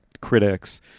critics